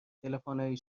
تلفنهای